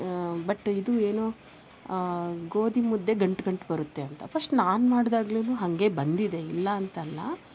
but ಇದು ಏನು ಗೋದಿ ಮುದ್ದೆ ಗಂಟು ಗಂಟು ಬರುತ್ತೆ ಅಂತ ಫಸ್ಟ್ ನಾನು ಮಾಡ್ದಾಗ್ಲುನು ಹಾಗೆ ಬಂದಿದೆ ಇಲ್ಲಾ ಅಂತಲ್ಲ